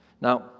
Now